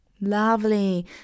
Lovely